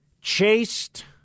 chased